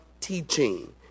teaching